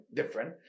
different